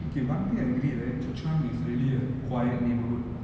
okay one thing I really right choa chu kang is really a quiet neighbourhood